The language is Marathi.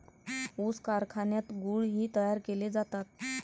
ऊस कारखान्यात गुळ ही तयार केले जातात